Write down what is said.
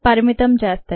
పరిమితం చేస్తాయి